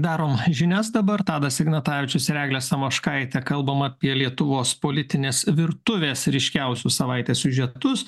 darom žinias dabar tadas ignatavičius ir eglė samoškaitė kalbam apie lietuvos politinės virtuvės ryškiausius savaitės siužetus